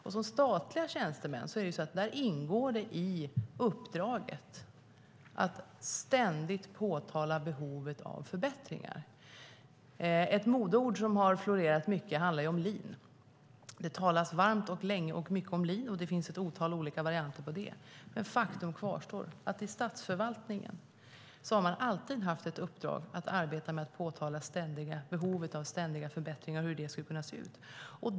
För statliga tjänstemän ingår det i uppdraget att ständigt påtala behovet av förbättringar. Ett modeord som har florerat mycket handlar om lean. Det talat varmt, länge och mycket om lean. Det finns ett otal olika varianter på det. Faktum kvarstår att man i statsförvaltningen alltid har haft ett uppdrag att arbeta med att påtala behov av ständiga förbättringar och hur det skulle kunna se ut.